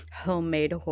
homemade